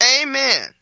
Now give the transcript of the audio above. Amen